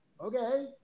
Okay